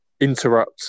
interrupt